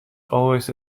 always